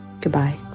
Goodbye